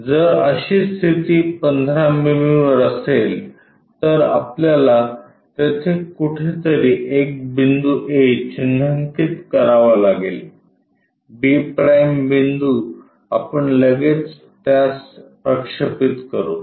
जर अशी स्थिती 15 मिमी वर असेल तर आपल्याला तेथे कुठेतरी एक बिंदू a चिन्हांकित करावा लागेल b' बिंदू आपण लगेच त्यास प्रक्षेपित करू